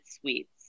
sweets